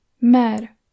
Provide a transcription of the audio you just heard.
Mer